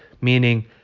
Meaning